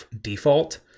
default